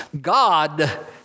God